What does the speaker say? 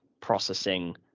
processing